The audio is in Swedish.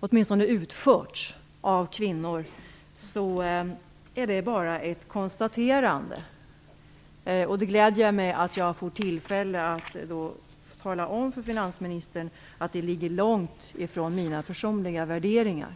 åtminstone oftast har utförts av kvinnor, så är det bara ett konstaterande. Det gläder mig att jag får tillfälle att tala om för finansministern att det ligger långt ifrån mina personliga värderingar.